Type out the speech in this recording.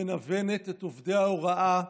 מנוונת את עובדי ההוראה,